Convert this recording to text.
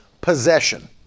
possession